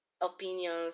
opinions